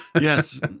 Yes